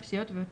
נפשיות ואוטיזם,